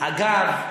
בארבע עיניים.